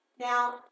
Now